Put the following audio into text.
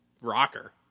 rocker